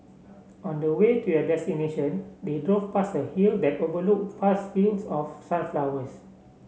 on the way to their destination they drove past a hill that overlooked vast fields of sunflowers